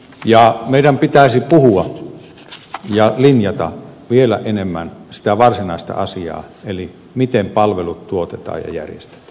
ja meidän pitäisi puhua ja linjata vielä enemmän sitä varsinaista asiaa eli sitä miten palvelut tuotetaan ja järjestetään ja millä hinnalla